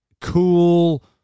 cool